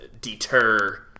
deter